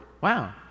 Wow